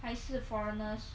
还是 foreigners